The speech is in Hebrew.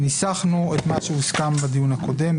ניסחנו את מה שהוסכם בדיון הקודם,